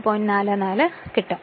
44 ആയി മാറും